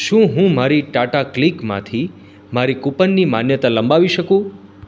શું હું મારી ટાટા ક્લિકમાંથી મારી કુપનની માન્યતા લંબાવી શકું